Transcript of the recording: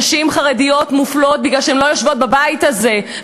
נשים חרדיות מופלות מפני שהן לא יושבות בבית הזה,